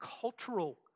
cultural